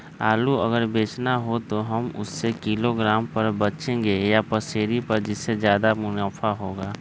आलू अगर बेचना हो तो हम उससे किलोग्राम पर बचेंगे या पसेरी पर जिससे ज्यादा मुनाफा होगा?